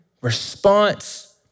response